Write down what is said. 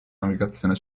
navigazione